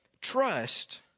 trust